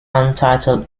untitled